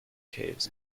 caves